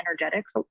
energetics